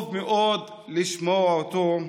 טוב מאוד לשמוע אותו.